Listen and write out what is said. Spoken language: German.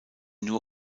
nur